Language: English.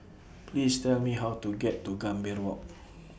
Please Tell Me How to get to Gambir Walk